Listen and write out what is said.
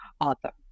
author